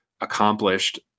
accomplished